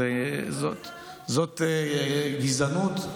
זאת לא גזענות?